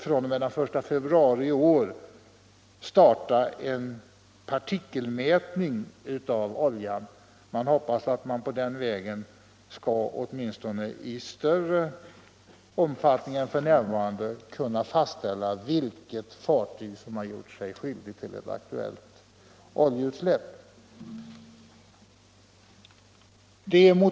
Från den 1 februari i år gör man nämligen en partikelmärkning av oljan, och man hoppas att på den vägen kunna åtminstone i större omfattning än f.n. fastställa vilket fartyg som är det skyldiga.